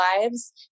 lives